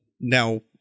now